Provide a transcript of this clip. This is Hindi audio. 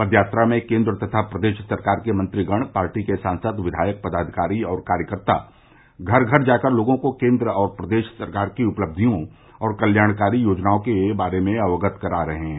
पदयात्रा में केन्द्र तथा प्रदेश सरकार के मंत्रीगण पार्टी के सांसद विधायक पदाधिकारी और कार्यकर्ता घर घर जाकर लोगों को केन्द्र और प्रदेश सरकार की उपलबियों और कल्याणकारी योजनाओं के बारे में अवगत करा रहे हैं